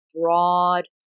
broad